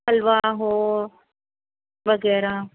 حلوا ہو وغیرہ